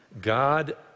God